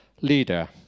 leader